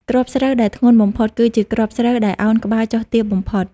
គ្រាប់ស្រូវដែលធ្ងន់បំផុត គឺជាគ្រាប់ស្រូវដែលឱនក្បាលចុះទាបបំផុត។